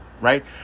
right